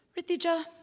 Ritija